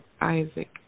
Isaac